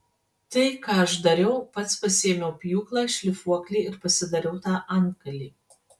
tai ką aš dariau pats pasiėmiau pjūklą šlifuoklį ir pasidariau tą antgalį